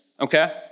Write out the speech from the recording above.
okay